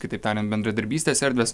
kitaip tariant bendradarbystės erdvės